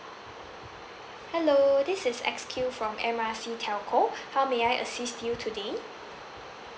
hello this is X Q from M R C telco how may I assist you to